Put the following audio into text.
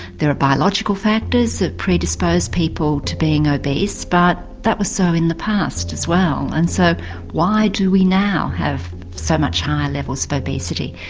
there are biological factors that predispose people to being obese, but that was so in the past as well, and so why do we now have so much higher levels of obesity?